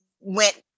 went